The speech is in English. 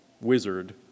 wizard